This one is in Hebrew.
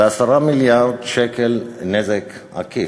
ו-10 מיליארד שקל נזק עקיף.